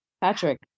Patrick